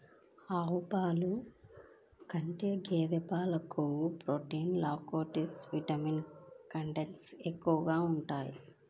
ఆవు పాల కంటే గేదె పాలలో కొవ్వు, ప్రోటీన్, లాక్టోస్, మినరల్ కంటెంట్ ఎక్కువగా ఉంటాయి